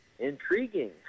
Intriguing